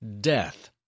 death